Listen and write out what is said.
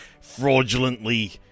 fraudulently